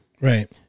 Right